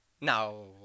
No